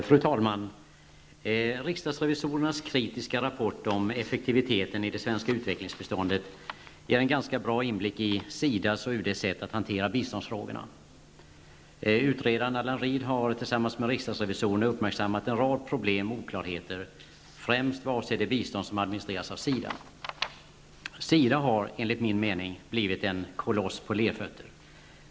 Fru talman! Riksdagsrevisorernas kritiska rapport om effektiviteten i det svenska utvecklingsbiståndet ger en ganska bra inblick i SIDAs och UDs sätt att hantera biståndsfrågorna. Utredaren Allan Read har tillsammans med riksdagsrevisorerna uppmärksammat en rad problem och oklarheter, främst vad avser det bistånd som administreras av SIDA har -- enligt min mening -- blivit en koloss på lerfötter.